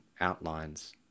outlines